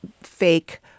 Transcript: fake